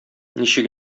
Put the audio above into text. ничек